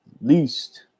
least